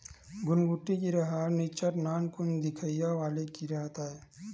घुनघुटी कीरा ह निच्चट नानकुन दिखइया वाले कीरा ताय